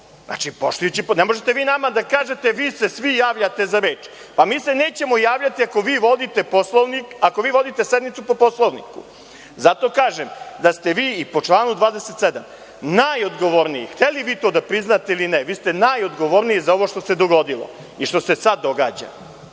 Ne možete vi nama da kažete, vi se svi javljate za reč. Pa, mi se nećemo javljati za reč ako vi vodite sednicu po Poslovniku. Zato kažem da ste vi i po članu 27. najodgovorniji, hteli vi to da priznate ili ne, vi ste najodgovorniji za ovo što se dogodilo i što se sada događa.